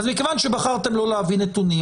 אז מכיוון שבחרתם לא להביא נתונים,